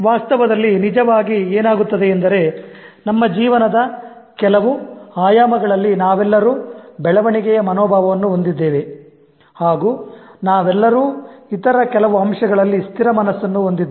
ವಾಸ್ತವದಲ್ಲಿ ನಿಜವಾಗಿ ಏನಾಗುತ್ತದೆಯೆಂದರೆ ನಮ್ಮ ಜೀವನದ ಕೆಲವು ಆಯಾಮಗಳಲ್ಲಿ ನಾವೆಲ್ಲರೂ ಬೆಳವಣಿಗೆಯ ಮನೋಭಾವವನ್ನು ಹೊಂದಿದ್ದೇವೆ ಹಾಗೂ ನಾವೆಲ್ಲರೂ ಇತರ ಕೆಲವು ಅಂಶಗಳಲ್ಲಿ ಸ್ಥಿರ ಮನಸ್ಸನ್ನು ಹೊಂದಿದ್ದೇವೆ